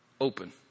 open